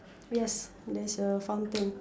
yes there's a fountain